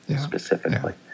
specifically